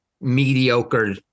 mediocre